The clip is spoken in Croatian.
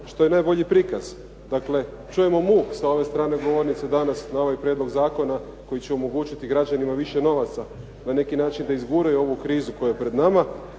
što je najbolji prikaz. Dakle, čujemo muk sa ove strane govornice danas na ovaj prijedlog zakona koji će omogućiti građanima više novaca na neki način da izguraju ovu krizu koja je pred nama.